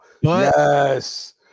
yes